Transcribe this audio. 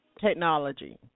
technology